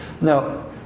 Now